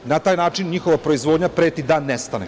Na taj način, njihova proizvoda preti da nestane.